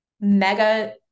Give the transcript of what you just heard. mega